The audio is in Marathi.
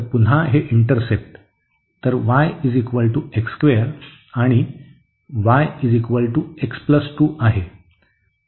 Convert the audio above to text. तर पुन्हा हे इंटरसेप्ट तर y आणि y x 2 आहे